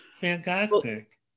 Fantastic